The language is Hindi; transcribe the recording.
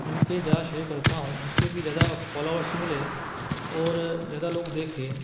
इन पर जा शेयर करता हूँ जिससे कि ज़्यादा फॉलोवर्स मिलें और ज़्यादा लोग देखें